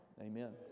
Amen